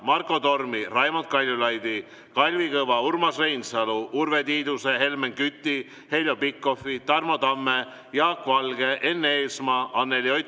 Marko Tormi, Raimond Kaljulaidi, Kalvi Kõva, Urmas Reinsalu, Urve Tiiduse, Helmen Küti, Heljo Pikhofi, Tarmo Tamme, Jaak Valge, Enn Eesmaa, Anneli Oti,